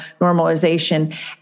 normalization